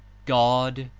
god,